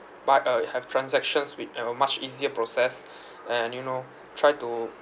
but uh have transactions with a much easier process and you know try to